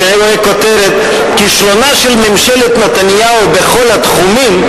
כשאני רואה כותרת "כישלונה של ממשלת נתניהו בכל התחומים",